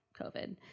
COVID